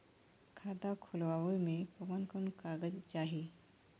खाता खोलवावे में कवन कवन कागज चाही?